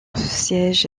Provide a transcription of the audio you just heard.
siège